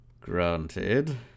Granted